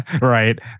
Right